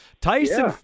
Tyson